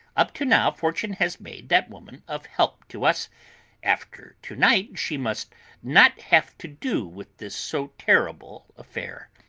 up to now fortune has made that woman of help to us after to-night she must not have to do with this so terrible affair.